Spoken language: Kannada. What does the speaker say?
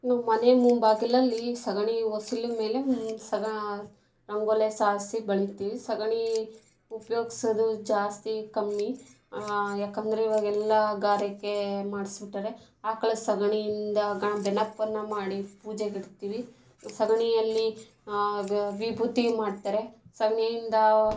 ನಾವು ಮನೆ ಮುಂಬಾಗಿಲಲ್ಲಿ ಸಗಣಿ ಹೊಸಿಲು ಮೇಲೆ ಸಗಾ ರಂಗೋಲೆ ಸಾರಿಸಿ ಬಳೀತೀವಿ ಸಗಣಿ ಉಪ್ಯೋಗ್ಸೋದು ಜಾಸ್ತಿ ಕಮ್ಮಿ ಯಾಕಂದರೆ ಇವಾಗೆಲ್ಲ ಗಾರೆ ಮಾಡ್ಸಿ ಬಿಟ್ಟಾರೆ ಆಕಳ ಸಗಣಿಯಿಂದ ಗಣ ಗಣಪನ್ನ ಮಾಡಿ ಪೂಜೆಗಿಡ್ತೀವಿ ಸಗಣಿಯಲ್ಲಿ ವಿಭೂತಿ ಮಾಡ್ತಾರೆ ಸಗಣಿಯಿಂದ